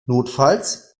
notfalls